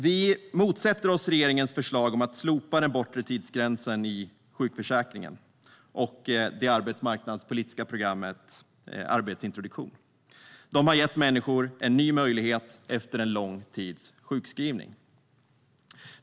Vi motsätter oss regeringens förslag om att slopa den bortre tidsgränsen i sjukförsäkringen, det arbetsmarknadspolitiska programmet och arbetsintroduktion, eftersom de har gett människor en ny möjlighet efter en lång tids sjukskrivning.